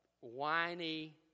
whiny